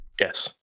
Yes